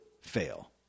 fail